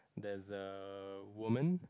there's a woman